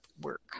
work